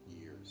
years